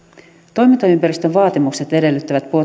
toimintaympäristön vaatimukset edellyttävät